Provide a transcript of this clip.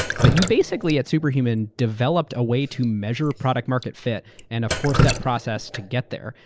but you basically at superhuman developed a way to measure product market fit and a four-step process to get there.